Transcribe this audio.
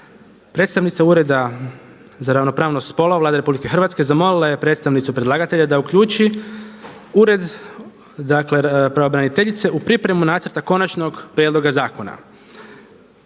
Predstavnica Ureda za ravnopravnost spolova Vlade RH zamolila je predstavnicu predlagatelja da uključi ured, dakle pravobraniteljice u pripremu nacrta konačnog prijedloga zakona.